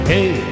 Hey